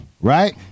right